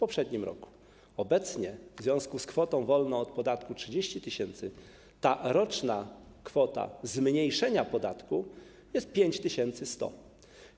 Obecnie w związku z kwotą wolną od podatku 30 tys. zł ta roczna kwota zmniejszenia podatku wynosi 5100 zł.